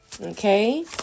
okay